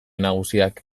nagusiak